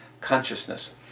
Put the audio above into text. consciousness